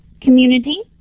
community